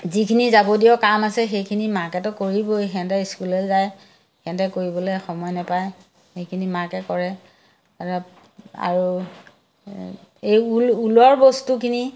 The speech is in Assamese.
যিখিনি যাৱতীয় কাম আছে সেইখিনি মাকেতো কৰিবই সিহঁতে স্কুললে যায় সিহঁতে কৰিবলে সময় নাপায় সেইখিনি মাকে কৰে আৰু এই ঊল ঊলৰ বস্তুখিনি